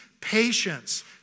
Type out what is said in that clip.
patience